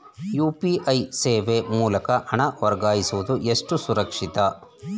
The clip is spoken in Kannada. ಯು.ಪಿ.ಐ ಸೇವೆ ಮೂಲಕ ಹಣ ವರ್ಗಾಯಿಸುವುದು ಎಷ್ಟು ಸುರಕ್ಷಿತ?